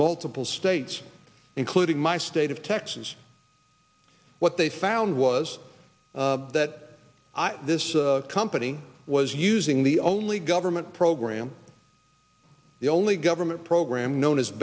multiple states including my state of texas what they found was that this company was using the only government program the only government program known as